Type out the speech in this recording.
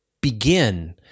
begin